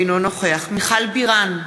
אינו נוכח מיכל בירן,